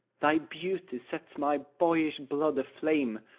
thy beauty sets my boyish blood aflame,